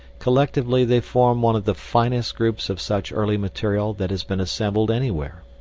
collectively they form one of the finest groups of such early material that has been assembled anywhere.